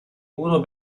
uno